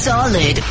Solid